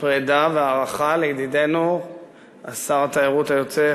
פרידה והערכה לידידנו שר התיירות היוצא,